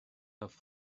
have